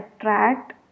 attract